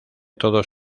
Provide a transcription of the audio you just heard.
todos